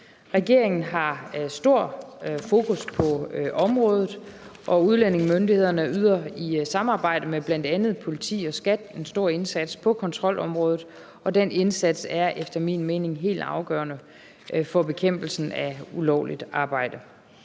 Regeringen har stor fokus på området. Udlændingemyndighederne yder i samarbejde med bl.a. politi og SKAT en stor indsats på kontrolområdet, og den indsats er efter min mening helt afgørende for bekæmpelsen af ulovligt arbejde.